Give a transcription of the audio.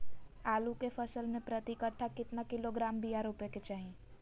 आलू के फसल में प्रति कट्ठा कितना किलोग्राम बिया रोपे के चाहि?